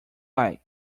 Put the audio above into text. like